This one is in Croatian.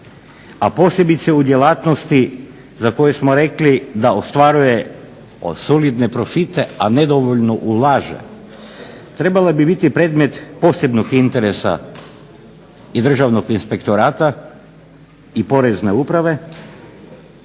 a posebice u djelatnosti za koje smo rekli da ostvaruje solidne profite, a nedovoljno ulaže trebale bi biti predmet posebnog interesa i Državnog inspektorata i Porezne uprave